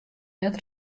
net